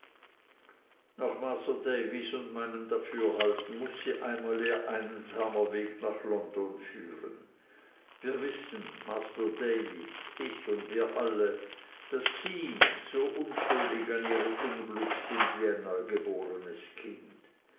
masr davys und meinem dafürhalten muß sie einmal ihr einsamer weg nach london führen wir wissen masr davy ich und wir alle daß sie so unschuldig an ihrem unglück sind wie ein neugebornes kind